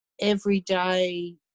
everyday